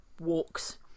walks